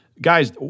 guys